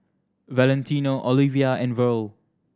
Valentino Oliva and Verl